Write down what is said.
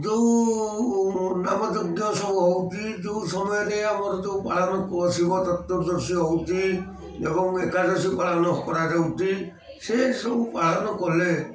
ଯେଉଁ ନାମଯଜ୍ଞ ସବୁ ହଉଛି ଯେଉଁ ସମୟରେ ଆମର ଯେଉଁ ପାଳନ ଶିବ ଚତୁର୍ଦ୍ଦଶୀ ହଉଛି ଏବଂ ଏକାଦଶୀ ପାଳନ କରାଯାଉଛି ସେସବୁ ପାଳନ କଲେ